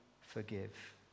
forgive